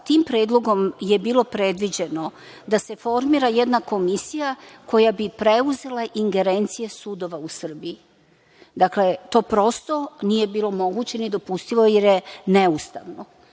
tim Predlogom je bilo predviđeno da se formira jedna komisija koja bi preuzela ingerencije sudova u Srbiji. Dakle, to prosto nije bilo moguće, ni dopustivo, jer je neustavno.